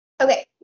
Okay